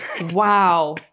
Wow